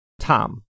Tom